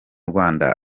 rwanda